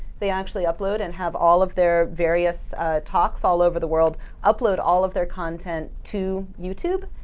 they actually upload and have all of their various talks all over the world upload all of their content to youtube.